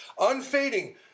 unfading